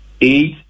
eight